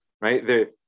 right